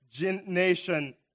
nation